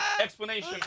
explanation